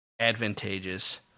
advantageous